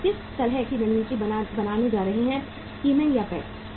हम किस तरह की रणनीति बनाने जा रहे हैं स्किमिंग या पैठ